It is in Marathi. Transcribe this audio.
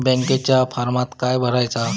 बँकेच्या फारमात काय भरायचा?